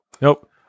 Nope